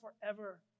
forever